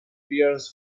bears